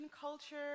culture